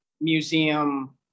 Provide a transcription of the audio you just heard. museum